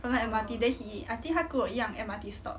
from the M_R_T then he I think 他跟一样 M_R_T stop